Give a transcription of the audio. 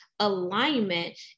alignment